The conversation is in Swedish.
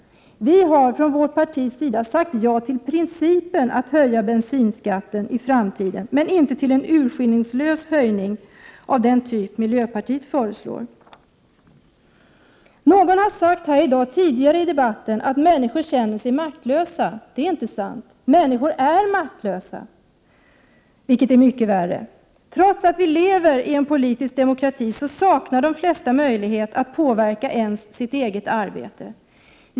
Från vårt partis sida har vi sagt ja till principen att höja bensinskatten i framtiden. Vi har dock inte sagt ja till en urskillningslös höjning av den typ som miljöpartiet föreslår. Någon talare har tidigare i debatten i dag sagt att människor känner sig maktlösa. Det är inte sant. Människor är maktlösa, vilket är mycket värre. Trots att vi lever i en politisk demokrati har de flesta inte ens möjlighet att 113 påverka sitt eget arbete.